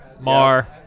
Mar